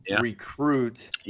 recruit